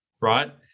right